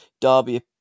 Derby